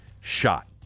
shot